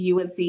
UNC